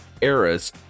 era's